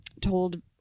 told